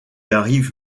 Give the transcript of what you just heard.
arrive